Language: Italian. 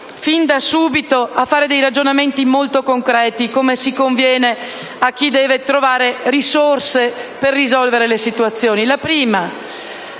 fin da subito, a fare ragionamenti molto concreti, come si conviene a chi deve trovare risorse per risolvere i problemi.